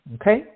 Okay